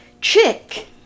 chick